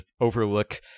overlook